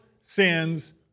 sins